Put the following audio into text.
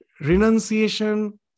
renunciation